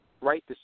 right